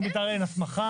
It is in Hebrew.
אז אין הסמכה